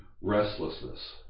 restlessness